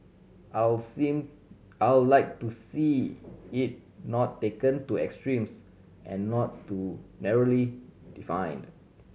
I'll seem I'll like to see it not taken to extremes and not too narrowly defined